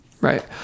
right